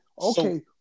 okay